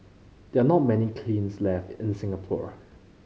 there are not many kilns left in Singapore